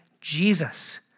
Jesus